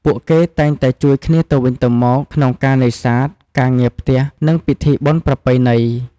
ពួកគេតែងតែជួយគ្នាទៅវិញទៅមកក្នុងការនេសាទ ការងារផ្ទះ និងពិធីបុណ្យប្រពៃណី។